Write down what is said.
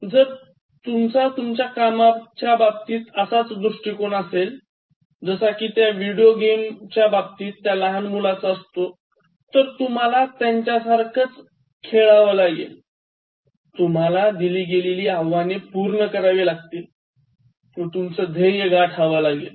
जर तुमचा तुमच्या कामाबाबतीत असाच दृष्टिकोन असेल तर जसा कि त्या विडिओ गेम च्या बाबतीत त्या लहान मुलाचा असतो तर तुम्हाला त्यांच्यासारखाच खेळावं लागेल तुम्हाला दिली गेलेली अव्ह्हाने पूर्ण करावी लागतील व तुमचं ध्येय गाठावं लागेल